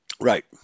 Right